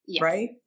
right